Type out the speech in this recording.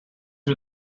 are